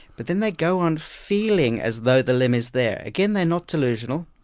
but then they go on feeling as though the limb is there. again, they're not delusional,